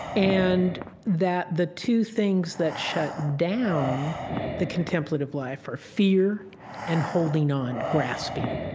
and that the two things that shut down the contemplative life are fear and holding on, grasping.